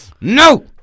No